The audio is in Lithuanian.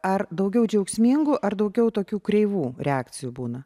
ar daugiau džiaugsmingų ar daugiau tokių kreivų reakcijų būna